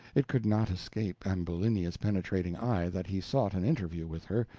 it could not escape ambulinia's penetrating eye that he sought an interview with her,